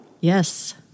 Yes